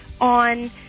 on